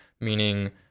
meaning